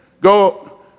Go